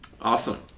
awesome